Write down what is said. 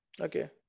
Okay